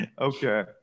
Okay